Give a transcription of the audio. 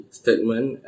statement